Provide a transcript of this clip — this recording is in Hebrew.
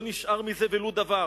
לא נשאר מזה ולו דבר.